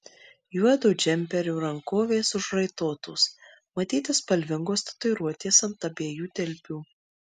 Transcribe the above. juodo džemperio rankovės užraitotos matyti spalvingos tatuiruotės ant abiejų dilbių